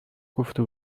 گفته